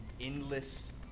endless